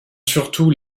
surtout